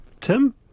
Tim